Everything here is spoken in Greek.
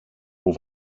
που